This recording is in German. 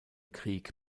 krieg